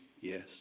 yes